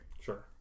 Sure